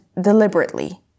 deliberately